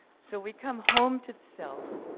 so we come home to the self,